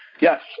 Yes